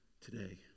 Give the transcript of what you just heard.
today